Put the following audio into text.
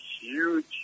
huge